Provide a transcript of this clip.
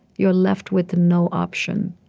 you are left with no option